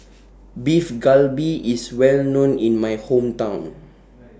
Beef Galbi IS Well known in My Hometown